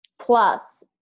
plus